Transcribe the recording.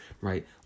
right